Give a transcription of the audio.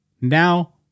Now